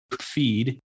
feed